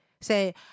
say